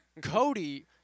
Cody